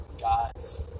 God's